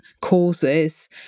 causes